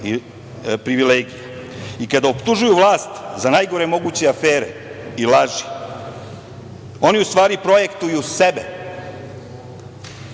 i privilegija. Kada optužuju vlast za najgore moguće afere i laži, oni u stvari projektuju sebe